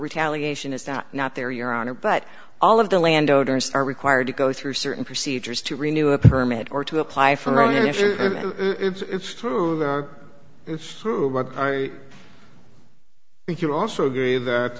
retaliation is that not there your honor but all of the land owners are required to go through certain procedures to renew a permit or to apply for a yes or no it's true it's true but i think you also agree that